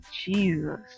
Jesus